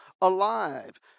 alive